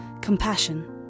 compassion